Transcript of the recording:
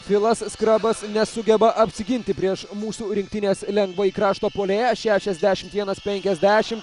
filas skrabas nesugeba apsiginti prieš mūsų rinktinės lengvąjį krašto puolėją šešiasdešimt vienas penkiasdešimt